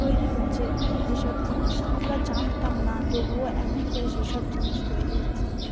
তৈরি হচ্ছে যেসব জিনিস আমরা জানতাম না তবুও এখন সেসব জিনিস তৈরি হচ্ছে